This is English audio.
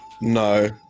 No